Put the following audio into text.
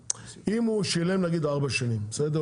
אם הוא שילם נגיד 4 שנים, בסדר?